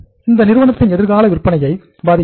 இவள் நிறுவனத்தின் எதிர்கால விற்பனையை பாதிக்கிறது